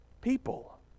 people